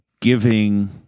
giving